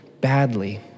badly